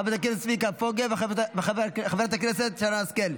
חבר הכנסת צביקה פוגל וחברת הכנסת שרן השכל,